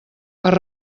per